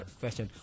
question